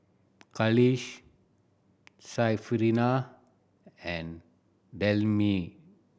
Khalish Syarafina and Delima